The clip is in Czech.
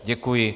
Děkuji.